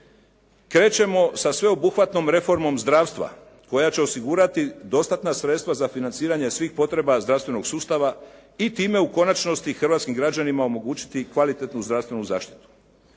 krećemo sa sveobuhvatnom reformom zdravstva koja će osigurati dostatna sredstva za financiranje svih potreba zdravstvenog sustava i time u konačnosti hrvatskim građanima omogućiti kvalitetnu zdravstvenu zaštitu.